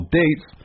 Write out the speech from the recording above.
dates